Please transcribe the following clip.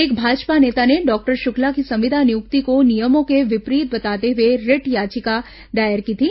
एक भाजपा नेता ने डॉक्टर शुक्ला की संविदा नियुक्ति को नियमों के विपरीत बताते हुए रिट याचिका दायर की थी